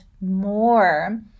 more